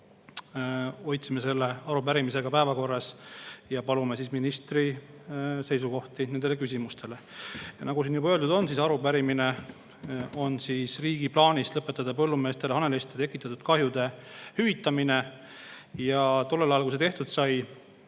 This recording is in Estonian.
hoidsime selle arupärimise päevakorras ja palume ministri seisukohti nendes küsimustes. Nagu siin juba öeldud on, arupärimine on riigi plaani kohta lõpetada põllumeestele haneliste tekitatud kahjude hüvitamine. Tollel ajal, kui see tehtud sai,